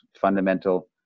fundamental